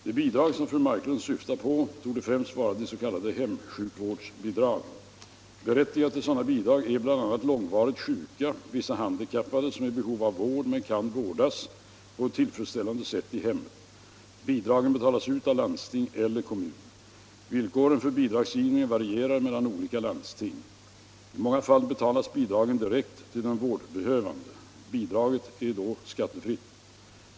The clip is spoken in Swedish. De bidrag som fru Marklund syftar på torde främst vara de s.k. hemsjuk vårdsbidragen. Berättigade till sådant bidrag är bl.a. långvarigt sjuka och vissa handikappade, som är i behov av vård men kan vårdas på ett tillfredsställande sätt i hemmet. Bidragen betalas ut av landsting eller kommun. Villkoren för bidragsgivningen varierar mellan olika lundsting. EF många fall betalas bidraget direkt till den vårdbehövande. Bidraget är då skattefritt.